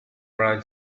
around